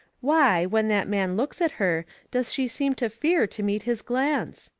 why, when that man looks at her, does she seem to fear to meet his glance?